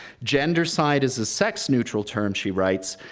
gendercide is a sex-neutral term, she writes,